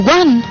one